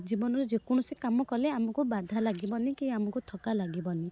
ଜୀବନର ଯେକୌଣସି କାମ କଲେ ଆମକୁ ବାଧା ଲାଗିବନି କି ଆମକୁ ଥକ୍କା ଲାଗିବନି